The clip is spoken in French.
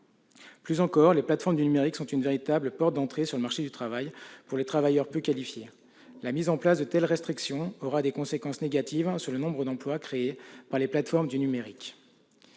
Plus encore, les plateformes du numérique sont une véritable porte d'entrée sur le marché du travail pour les travailleurs peu qualifiés. La mise en place de telles restrictions aura des conséquences négatives sur le nombre d'emplois créés par les plateformes du numérique.